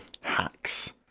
hacks